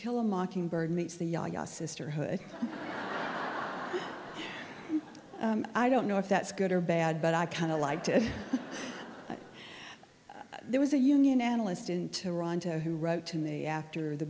kill a mockingbird meets the ya ya sisterhood was i don't know if that's good or bad but i kind of liked it there was a union analyst in toronto who wrote to me after the